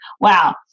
Wow